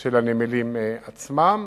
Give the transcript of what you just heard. של הנמלים עצמם.